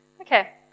Okay